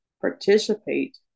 participate